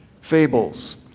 fables